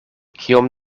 kiom